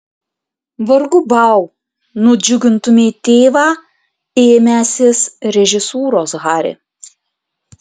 vargu bau nudžiugintumei tėvą ėmęsis režisūros hari